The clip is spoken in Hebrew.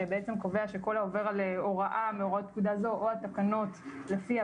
שבעצם קובע שכל העובר על הוראה מהוראות פקודה זו או התקנות לפיה,